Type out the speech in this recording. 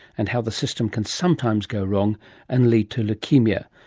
and how the system can sometimes go wrong and lead to leukaemia.